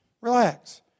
Relax